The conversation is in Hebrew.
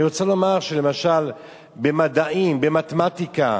אני רוצה לומר שלמשל במדעים, במתמטיקה,